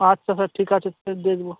আচ্ছা স্যার ঠিক আছে দেখব